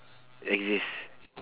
exist